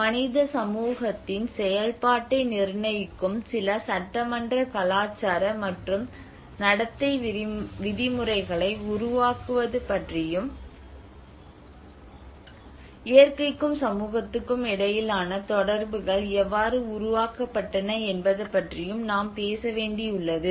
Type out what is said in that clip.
மனித சமூகத்தின் செயல்பாட்டை நிர்ணயிக்கும் சில சட்டமன்ற கலாச்சார மற்றும் நடத்தை விதிமுறைகளை உருவாக்குவது பற்றியும் இயற்கையுக்கும் சமூகத்துக்கும் இடையிலான தொடர்புகள் எவ்வாறு உருவாக்கப்பட்டன என்பது பற்றியும் நாம் பேச வேண்டி உள்ளது